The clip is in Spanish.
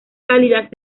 cálidas